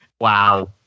wow